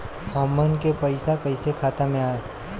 हमन के पईसा कइसे खाता में आय?